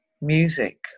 music